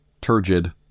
Turgid